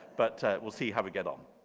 but we'll see how we get on.